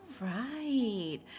right